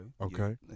Okay